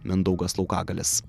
mindaugas laukagalis